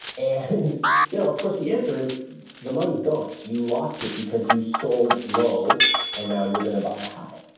and yeah of course, the answer is the the money's gone. you lost it because you sold low and now you're gonna buy high.